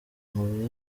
amabuye